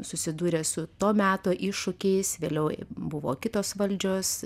susidūrė su to meto iššūkiais vėliau buvo kitos valdžios